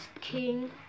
King